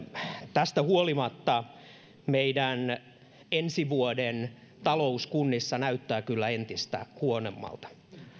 tästä huolimatta meillä ensi vuoden talous kunnissa näyttää kyllä entistä huonommalta